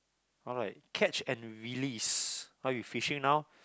or like catch and release how you fishing now